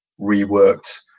reworked